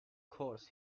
course